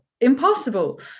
impossible